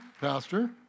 Pastor